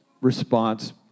response